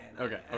okay